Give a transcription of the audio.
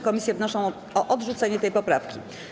Komisje wnoszą o odrzucenie tej poprawki.